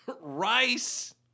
Rice